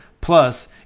Plus